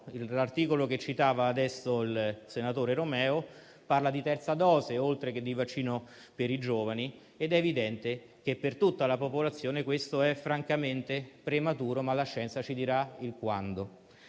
l'articolo che citava adesso il senatore Romeo parla di terza dose, oltre che di vaccino per i giovani, ma è evidente che per tutta la popolazione questo è francamente prematuro. Ma la scienza ci darà le